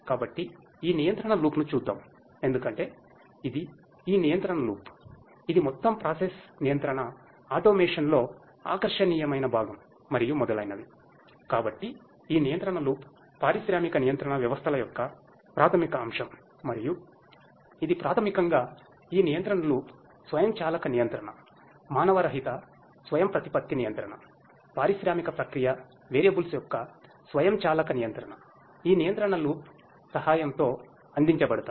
కాబట్టి ఈ నియంత్రణ లూప్ సహాయంతో అందించబడతాయి